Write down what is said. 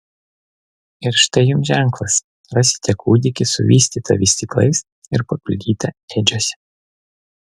ir štai jums ženklas rasite kūdikį suvystytą vystyklais ir paguldytą ėdžiose